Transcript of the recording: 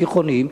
בתיכונים,